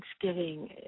Thanksgiving